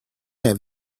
have